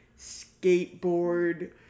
skateboard